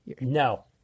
No